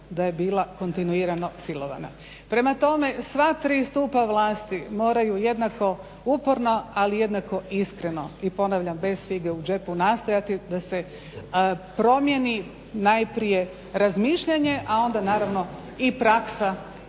da je bila kontinuirano silovana. Prema tome, sva tri stupa vlasti moraju jednako uporno ali jednako iskreno i ponavljam bez fige u džepu nastojati da se promijeni najprije razmišljanje a onda naravno i praksa